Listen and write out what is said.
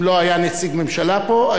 אם לא היה נציג ממשלה פה,